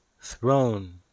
throne